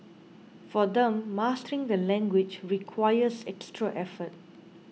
for them mastering the language requires extra effort